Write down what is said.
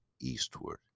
eastward